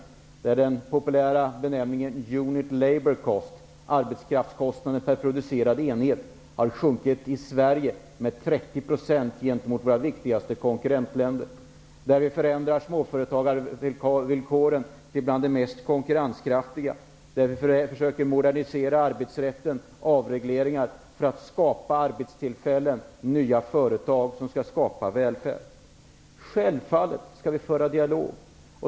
Det som med en populär benämning kallas unit labour cost, arbetskraftskostnaden per producerad enhet, har sjunkit med 30 % i Sverige jämfört med våra viktigaste konkurrentländer. Vi förändrar småföretagarvillkoren så att de håller på att bli jämbördiga med de mest konkurrenskraftiga ländernas. Vi försöker också modernisera arbetsrätten och göra avregleringar för att skapa arbetstillfällen och nya företag som kan skapa välfärd. Självfallet skall vi föra en dialog.